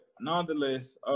nonetheless